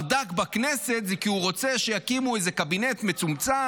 -- וכל הברדק בכנסת הוא כי הוא רוצה שיקימו איזה קבינט מצומצם,